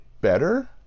better